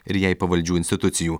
ir jai pavaldžių institucijų